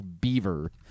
beaver